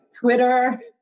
Twitter